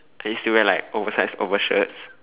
I used to like wear like oversized over shirt